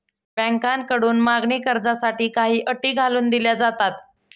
बँकांकडून मागणी कर्जासाठी काही अटी घालून दिल्या जातात